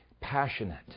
Passionate